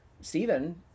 Stephen